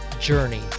Journey